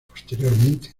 posteriormente